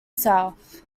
south